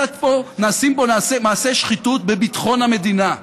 נעשים פה מעשי שחיתות בביטחון המדינה.